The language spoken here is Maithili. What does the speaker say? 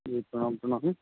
जी प्रणाम प्रणाम